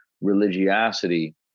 religiosity